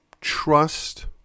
trust